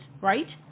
right